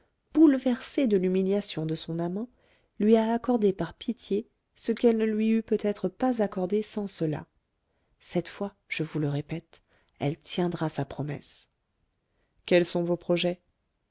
bouleversée de l'humiliation de son amant lui a accordé par pitié ce qu'elle ne lui eût peut-être pas accordé sans cela cette fois je vous le répète elle tiendra sa promesse quels sont vos projets